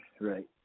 Right